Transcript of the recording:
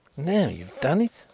now you've done it,